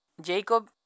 Jacob